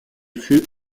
fut